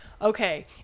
Okay